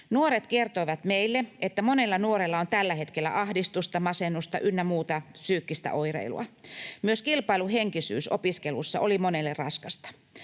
Nuoret kertoivat meille, että monella nuorella on tällä hetkellä ahdistusta, masennusta ynnä muuta psyykkistä oireilua. Myös kilpailuhenkisyys opiskelussa oli monelle raskasta.